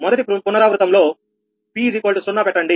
మొదటి పునరావృతం లో p0 పెట్టండి